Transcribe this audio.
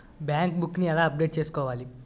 Bank book నీ ఎలా update చేసుకోవాలి?